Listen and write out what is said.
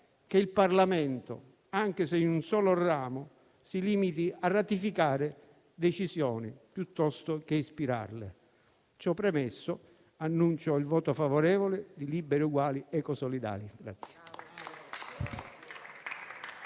che il Parlamento, anche se in un solo ramo, si limiti a ratificare decisioni, piuttosto che ispirarle. Ciò premesso, annuncio il voto favorevole del Gruppo Misto-Liberi e Uguali-Ecosolidali.